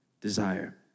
desire